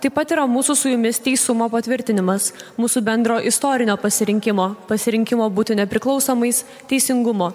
taip pat yra mūsų su jumis teisumo patvirtinimas mūsų bendro istorinio pasirinkimo pasirinkimo būti nepriklausomais teisingumo